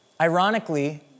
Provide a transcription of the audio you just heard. Ironically